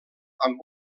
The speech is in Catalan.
amb